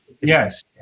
yes